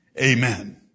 Amen